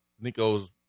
Nico's